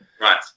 right